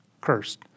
cursed